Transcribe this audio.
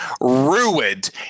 ruined